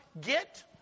get